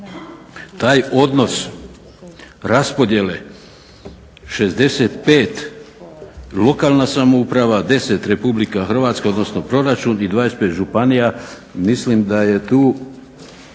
Taj odnos raspodjele 65 lokalna samouprava, 10 Republika Hrvatska odnosno proračun i 25 županija mislim da je tu